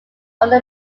over